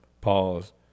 pause